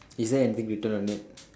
is there anything written on it